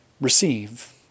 receive